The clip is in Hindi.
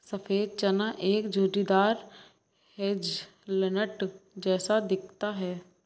सफेद चना एक झुर्रीदार हेज़लनट जैसा दिखता है